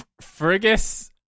Fergus